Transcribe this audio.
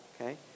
okay